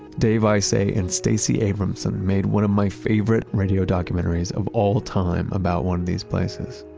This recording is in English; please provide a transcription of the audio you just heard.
dave isay and stacy abramson made one of my favorite radio documentaries of all time about one of these places.